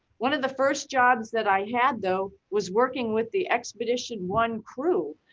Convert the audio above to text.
one of the first jobs that i had though, was working with the expedition one crew.